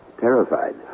terrified